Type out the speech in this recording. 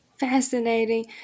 Fascinating